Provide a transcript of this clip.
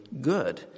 good